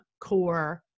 core